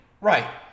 Right